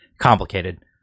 complicated